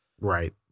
Right